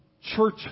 church